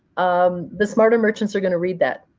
um the smarter merchants are going to read that.